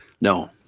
No